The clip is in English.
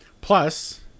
Plus